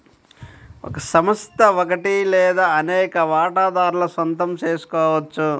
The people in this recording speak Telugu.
ఒక సంస్థ ఒకటి లేదా అనేక వాటాదారుల సొంతం చేసుకోవచ్చు